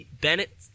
Bennett